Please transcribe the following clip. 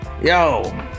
yo